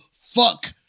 fuck